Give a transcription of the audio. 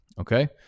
okay